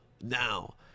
now